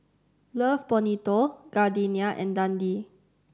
Love Bonito Gardenia and Dundee